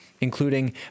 including